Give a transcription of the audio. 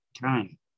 time